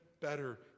better